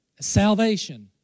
salvation